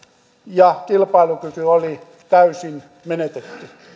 ja kilpailukyky oli täysin menetetty